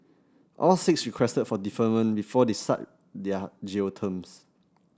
all six requested for deferment before they start their jail terms